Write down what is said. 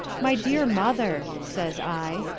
my dear mother says i,